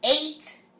eight